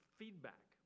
feedback